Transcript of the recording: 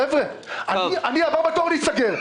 חבר'ה, אני הבא בתור להיסגר.